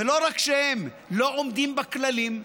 ולא רק שהם לא עומדים בכללים,